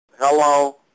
Hello